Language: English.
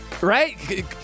Right